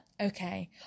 Okay